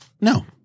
no